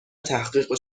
تحقیق